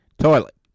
Toilet